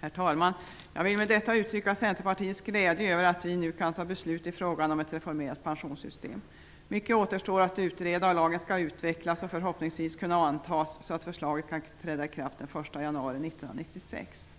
Herr talman! Jag vill med detta uttrycka Centerpartiets glädje över att vi nu kan fatta beslut i frågan om ett reformerat pensionssystem. Mycket återstår att utreda, och lagen skall utvecklas och förhoppningsvis kunna antas så att förslaget kan träda i kraft den 1 januari 1996.